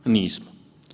Nismo.